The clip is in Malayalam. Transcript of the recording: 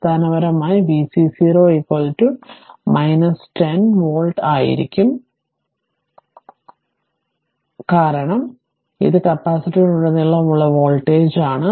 അടിസ്ഥാനപരമായി vc 0 10 വോൾട്ട് ആയിരിക്കും കാരണം ഇത് കപ്പാസിറ്ററിലുടനീളം വോൾട്ടേജാണ്